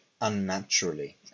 unnaturally